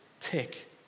Tick